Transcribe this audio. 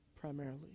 primarily